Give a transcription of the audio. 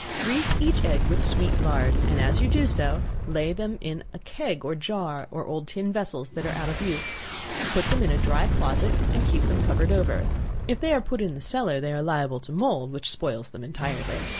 grease each egg with sweet lard, and as you do so, lay them in a keg or jar, or old tin vessels that are out of use put them in a dry closet and keep them covered over if they are put in the cellar, they are liable to mould, which spoils them entirely.